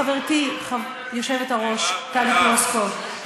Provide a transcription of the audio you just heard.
חברתי היושבת-ראש טלי פלוסקוב,